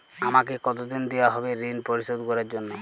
আমাকে কতদিন দেওয়া হবে ৠণ পরিশোধ করার জন্য?